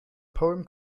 poem